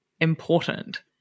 important